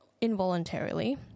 involuntarily